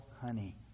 honey